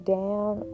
down